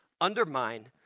undermine